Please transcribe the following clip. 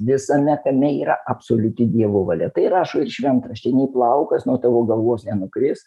visame kame yra absoliuti dievo valia tai rašo ir šventrašty nei plaukas nuo tavo galvos nenukris